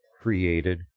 created